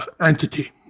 entity